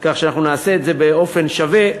כך שאנחנו נעשה את זה באופן שווה.